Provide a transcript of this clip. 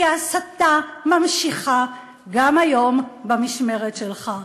כי ההסתה ממשיכה גם היום במשמרת שלך.